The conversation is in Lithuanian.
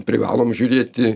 privalom žiūrėti